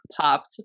popped